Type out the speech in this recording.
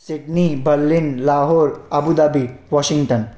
Sydney Berlin Lahore Abu Dhabi Washington